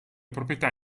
proprietà